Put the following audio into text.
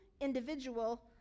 individual